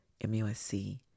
MUSC